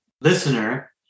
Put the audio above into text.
listener